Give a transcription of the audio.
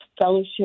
fellowship